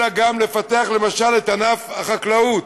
אלא גם לפתח למשל את ענף החקלאות,